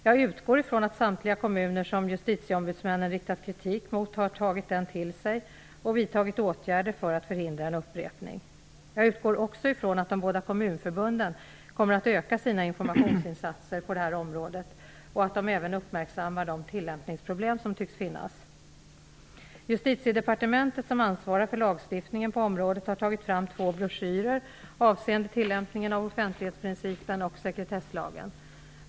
Jag utgår från att samtliga kommuner som justitieombudsmännen riktat kritik mot har tagit denna till sig och vidtagit åtgärder för att förhindra en upprepning. Jag utgår också från att de båda kommunförbunden kommer att öka sina informationsinsatser på detta område och att de även uppmärksammar de tillämpningsproblem som tycks finnas. Justitiedepartementet, som ansvarar för lagstiftningen på området, har tagit fram två broschyrer avseende tillämpningen av offentlighetsprincipen och sekretesslagen.